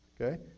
Okay